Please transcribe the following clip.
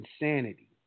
insanity